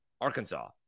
Arkansas